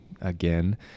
again